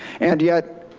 and yet